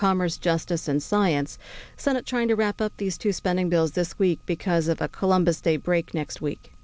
commerce justice and science senate trying to wrap up these two spending bills this week because of a columbus day break next week